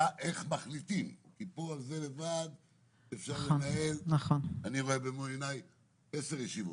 איך מחליטים - כי על זה אפשר לבד אפשר לנהל עשר ישיבות.